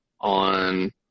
on